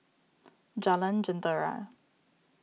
Jalan Jentera